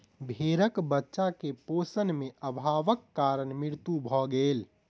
भेड़क बच्चा के पोषण में अभावक कारण मृत्यु भ गेल